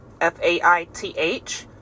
F-A-I-T-H